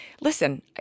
Listen